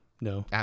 No